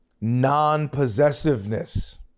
non-possessiveness